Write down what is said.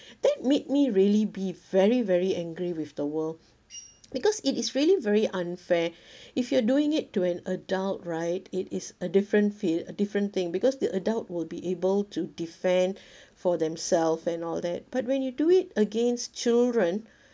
that made me really be very very angry with the world because it is really very unfair if you're doing it to an adult right it is a different feel a different thing because the adult will be able to defend for themself and all that but when you do it against children